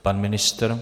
Pan ministr?